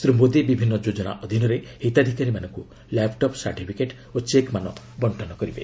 ଶ୍ରୀ ମୋଦୀ ବିଭିନ୍ନ ଯୋଜନା ଅଧୀନରେ ହିତାଧିକାରୀମାନଙ୍କୁ ଲ୍ୟାପଟପ ସାର୍ଟିଫିକେଟ ଓ ଚେକ ମାନ ବଣ୍ଟନ କରିବେ